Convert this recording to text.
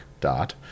Dot